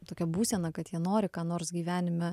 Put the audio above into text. tokią būseną kad jie nori ką nors gyvenime